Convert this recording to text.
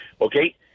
Okay